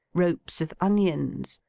ropes of onions,